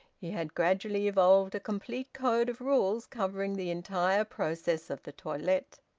he had gradually evolved a complete code of rules covering the entire process of the toilette,